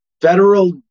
Federal